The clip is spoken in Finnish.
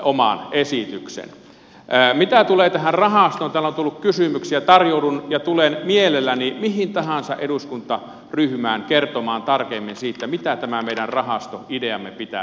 mitä tulee tähän rahastoon josta täällä on tullut kysymyksiä tarjoudun ja tulen mielelläni mihin tahansa eduskuntaryhmään kertomaan tarkemmin siitä mitä tämä meidän rahastoideamme pitää sisällään